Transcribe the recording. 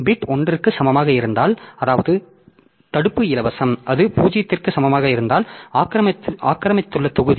bit 1 க்கு சமமாக இருந்தால் அதாவது தடுப்பு இலவசம் அது 0 க்கு சமமாக இருந்தால் ஆக்கிரமித்துள்ள தொகுதி